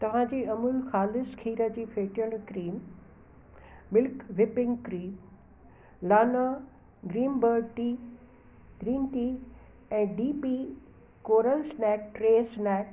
तांजी अमूल ख़ालिस खीर जी फेटियल क्रीम मिल्क व्हिप्पिंग क्रीम लाना ग्रीनबर्ड टी ग्रीन टी ऐं D P coral snack tray snack